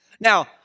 Now